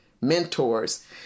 mentors